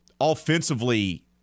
offensively